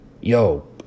yo